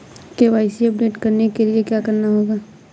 KYC update करने के लिए क्या करना होगा?